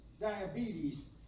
Diabetes